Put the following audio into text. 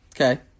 Okay